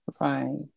Right